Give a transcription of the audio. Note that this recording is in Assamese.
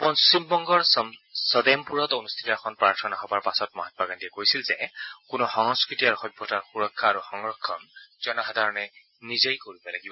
পশ্চিমবংগৰ ছদেপুৰত অনষ্ঠিত এখন প্ৰাৰ্থনা সভাৰ পাছত মহাম্মা গান্ধীয়ে কৈছিল যে কোনো সংস্কৃতি আৰু সভ্যতাৰ সুৰক্ষা আৰু সংৰক্ষণ জনসাধাৰণে নিজেই কৰিব লাগিব